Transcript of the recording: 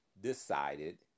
decided